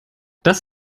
das